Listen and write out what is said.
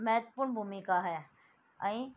महत्वपूर्ण भूमिका आहे ऐं